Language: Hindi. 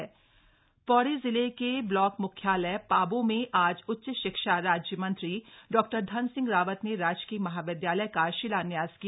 महाविद्यालय शिलान्यास पौड़ी जिले के ब्लाक म्ख्यालय पाबौ में आज उच्च शिक्षा राज्य मंत्री डा धनसिंह रावत ने राजकीय महाविद्यालय का शिलान्यास किया